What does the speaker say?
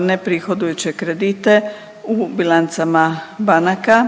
neprihodujuće kredite u bilancama banaka